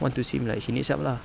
want to seem like she needs help lah